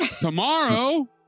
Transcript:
tomorrow